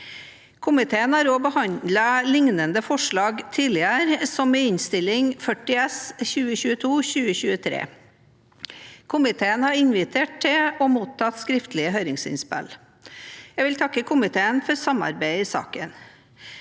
Komiteen har også behandlet liknende forslag tidligere, som i Innst. 40 S for 2022–2023. Komiteen har invitert til og mottatt skriftlige høringsinnspill. Jeg vil takke komiteen for samarbeidet i saken.